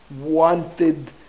wanted